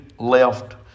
left